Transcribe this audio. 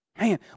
Man